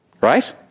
right